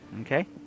okay